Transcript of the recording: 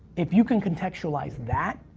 if you can contextualize that.